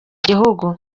gihugu